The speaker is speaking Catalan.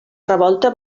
revolta